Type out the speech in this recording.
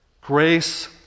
Grace